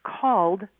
called